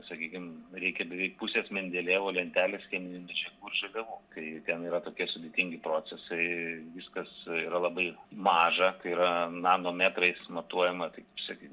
sakykim reikia beveik pusės mendelejevo lentelės cheminių medžiagų ir žaliavų tai ten yra tokie sudėtingi procesai viskas yra labai maža tai yra nanometrais matuojama taip sakyti